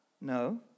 No